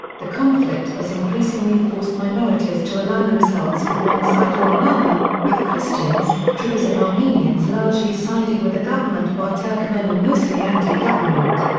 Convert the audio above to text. the conflict has increasingly forced minorities to align themselves with one side or another, with christians, druze and armenians largely siding with the government while turkmen are mostly anti-government.